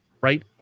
right